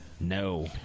No